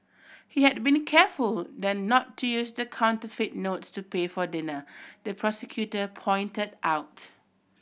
he had been careful then not to use the counterfeit notes to pay for dinner the prosecutor pointed out